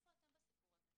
איפה אתם בסיפור הזה?